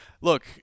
look –